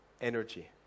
energy